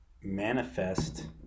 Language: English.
manifest